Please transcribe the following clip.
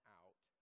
out